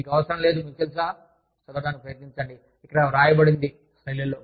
మీకు అవసరం లేదు మీకు తెలుసా చదవడానికి ప్రయత్నించండి ఇక్కడ వ్రాయబడినది స్లైడ్లలో